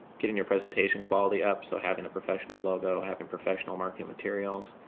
getting your presentation quality up, so having a professional logo, having professional marketing materials,